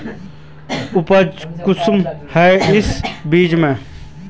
उपज कुंसम है इस बीज में?